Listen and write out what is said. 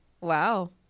Wow